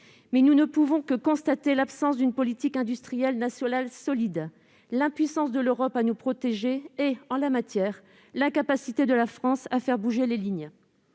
Mais nous ne pouvons que constater l'absence d'une politique industrielle nationale solide, l'impuissance de l'Europe à nous protéger et l'incapacité de la France à faire bouger les lignes